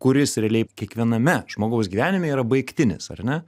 kuris realiai kiekviename žmogaus gyvenime yra baigtinis ar ne